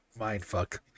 mindfuck